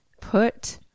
put